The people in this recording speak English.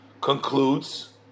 concludes